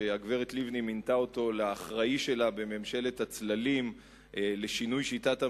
שהגברת לבני מינתה אותו לאחראי שלה בממשלת הצללים לשינוי שיטת הממשל,